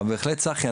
בהחלט צחי,